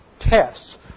tests